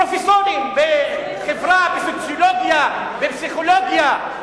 פרופסורים בחברה, בסוציולוגיה, בפסיכולוגיה.